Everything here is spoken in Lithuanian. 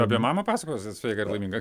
apie mamą pasakosi sveiką ir laimingą